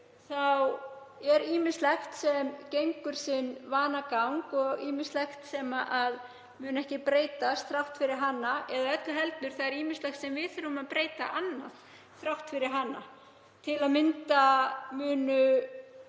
er ýmislegt sem gengur sinn vanagang og ýmislegt sem mun ekki breytast þrátt fyrir hana eða öllu heldur; það er ýmislegt annað sem við þurfum að breyta þrátt fyrir hana. Til að mynda munu